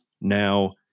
now